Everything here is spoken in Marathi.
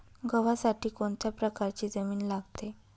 गव्हासाठी कोणत्या प्रकारची जमीन लागते?